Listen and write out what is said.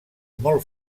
molt